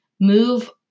move